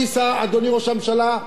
אדוני ראש הממשלה,